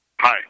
Hi